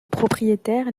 propriétaires